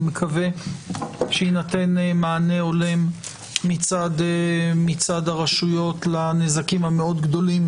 אני מקווה שיינתן מענה הולם מצד הרשויות לנזקים המאוד גדולים